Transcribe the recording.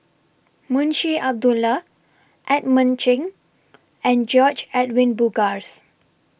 Munshi Abdullah Edmund Cheng and George Edwin Bogaars